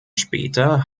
später